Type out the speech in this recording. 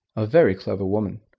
a very clever woman.